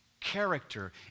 character